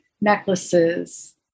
necklaces